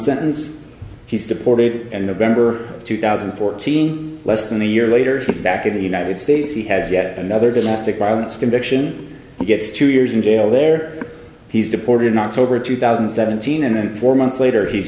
sentence he's deported and november two thousand and fourteen less than a year later he's back in the united states he has yet another domestic violence conviction he gets two years in jail there he's deported not tobar two thousand and seventeen and then four months later he's